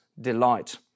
Delight